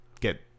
get